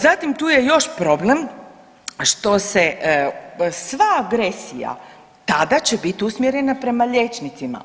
Zatim tu je još problem što se sva agresija tada će bit usmjerena prema liječnicima.